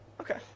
Okay